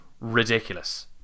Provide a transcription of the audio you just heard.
ridiculous